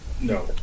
No